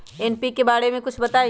NPK बारे म कुछ बताई?